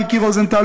מיקי רוזנטל,